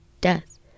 death